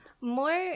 more